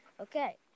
Okay